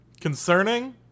concerning